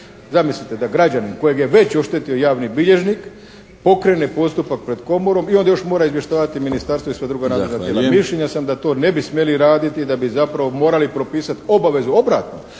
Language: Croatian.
Zamislite da građanin kojeg je već oštetio javni bilježnik pokrene postupak pred Komorom i onda još mora izvještavati ministarstvo i …/Govornik se ne razumije./… Mišljenja sam da to ne bi smjeli raditi, da bi zapravo morali propisati obavezu obratno,